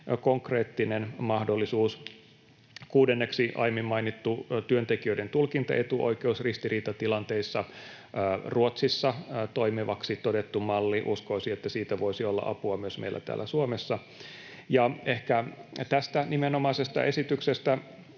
konkreettinen mahdollisuus. Kuudenneksi, aiemmin mainittu työntekijöiden tulkintaetuoikeus ristiriitatilanteissa on Ruotsissa toimivaksi todettu malli. Uskoisin, että siitä voisi olla apua myös meillä täällä Suomessa. Ja ehkä tästä nimenomaisesta esityksestä